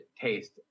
taste